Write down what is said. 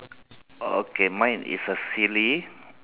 okay mine is a silly